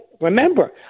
remember